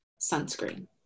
sunscreen